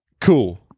Cool